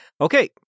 Okay